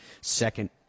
second